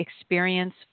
experience